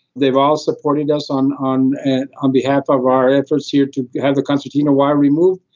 they've all supported us on on and on behalf of our efforts here to have the concertina wire removed.